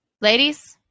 Ladies